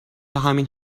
همین